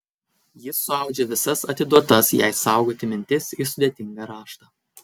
jis suaudžia visas atiduotas jai saugoti mintis į sudėtingą raštą